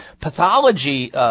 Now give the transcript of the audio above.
pathology